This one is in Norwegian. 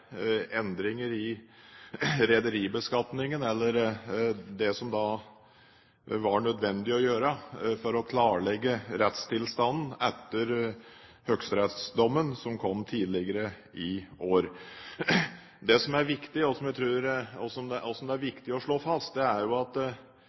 endringer i rederibeskatningen, eller det som det var nødvendig å gjøre for å klarlegge rettstilstanden etter høyesterettsdommen som kom tidligere i år. Det som er viktig, og som jeg tror det er viktig å slå fast, er